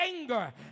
anger